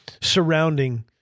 surrounding